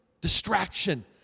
distraction